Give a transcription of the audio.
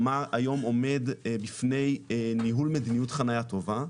או מה היום עומד בפני ניהול חניה טובה?